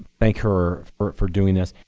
thank her for for doing this.